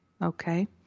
okay